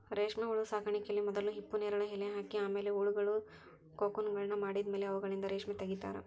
ರೇಷ್ಮೆಹುಳು ಸಾಕಾಣಿಕೆಯಲ್ಲಿ ಮೊದಲು ಹಿಪ್ಪುನೇರಲ ಎಲೆ ಹಾಕಿ ಆಮೇಲೆ ಹುಳಗಳು ಕೋಕುನ್ಗಳನ್ನ ಮಾಡಿದ್ಮೇಲೆ ಅವುಗಳಿಂದ ರೇಷ್ಮೆ ತಗಿತಾರ